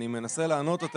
אני מנסה לענות.